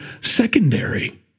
secondary